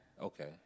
Okay